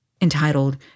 entitled